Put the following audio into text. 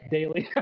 Daily